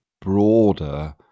broader